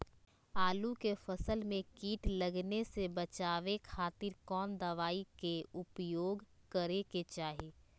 आलू के फसल में कीट लगने से बचावे खातिर कौन दवाई के उपयोग करे के चाही?